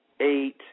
eight